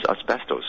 asbestos